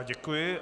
Děkuji.